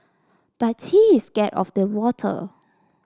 but he is scared of the water